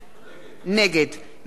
נגד מאיר שטרית,